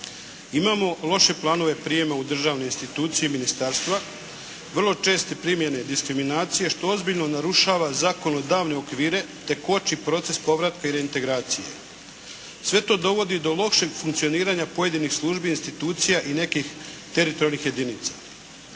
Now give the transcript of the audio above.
Imamo loše planove prijema u državne institucije i ministarstva, vrlo česte primjene diskriminacije što ozbiljno narušava zakonodavne okvire te koči proces povratka i reintegracije. Sve to dovodi do lošeg funkcioniranja pojedinih službi i institucija i nekih teritorijalnih jedinica.